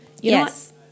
yes